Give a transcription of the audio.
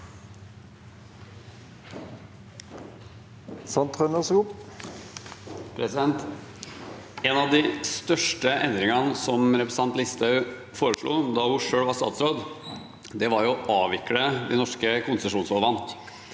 En av de største endringene som representanten Listhaug foreslo da hun selv var statsråd, var å avvikle de norske konsesjonslovene,